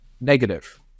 negative